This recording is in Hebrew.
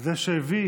זה שהביא